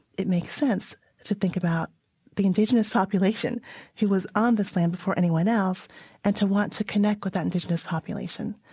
it makes sense to think about the indigenous population who was on this land before anyone else and to want to connect with that indigenous population.